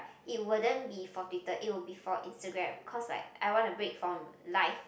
it would then be for Twitter it would be for Instagram cause like I want to bet from life